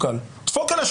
פרץ".